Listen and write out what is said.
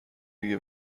دیگه